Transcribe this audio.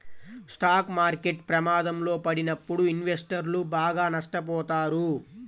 stock market ప్రమాదంలో పడినప్పుడు ఇన్వెస్టర్లు బాగా నష్టపోతారు